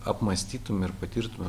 apmąstytume ir patirtume